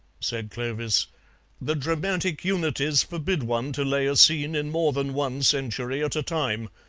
said clovis the dramatic unities forbid one to lay a scene in more than one century at a time.